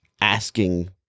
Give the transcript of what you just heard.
asking